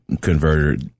converter